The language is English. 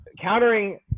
countering